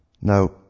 Now